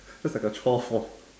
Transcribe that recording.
that's like a chore for